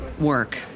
work